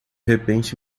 repente